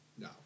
No